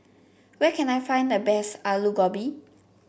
where can I find the best Alu Gobi